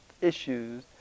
issues